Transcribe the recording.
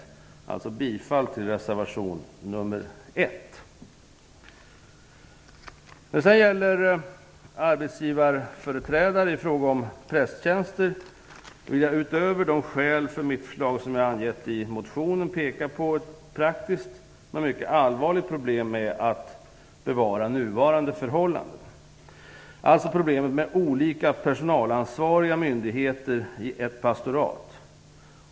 Jag yrkar alltså bifall till reservation nummer 1. När det gäller arbetsgivarföreträdare i fråga om prästtjänster vill jag utöver de skäl för mitt förslag som jag angett i motionen peka på ett mycket allvarligt praktiskt problem med att behålla nuvarande förhållanden, nämligen problemet med olika personalansvariga myndigheter i ett pastorat.